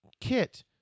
kit